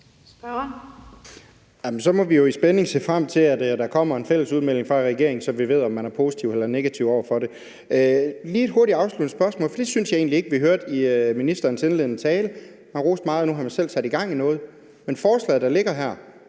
Så må vi jo i spænding se frem til, at der kommer en fælles udmelding fra regeringen, så vi ved, om man er positiv eller negativ over for det. Jeg har lige et hurtigt afsluttende spørgsmål, for det synes jeg egentlig ikke vi hørte i ministerens indledende tale, hvor han meget roste, at han selv havde sat i gang i noget – og lad mig lige skynde